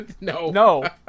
No